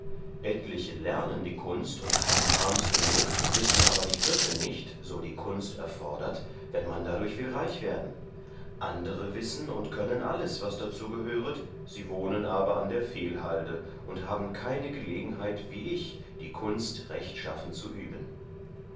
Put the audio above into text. etliche lernen die kunst und haben arms genug wissen aber die griffe nicht so die kunst erfodert wann man dadurch will reich werden andere wissen und können alles was dazu gehöret sie wohnen aber an der fehlhalde und haben keine gelegenheit wie ich die kunst rechtschaffen zu üben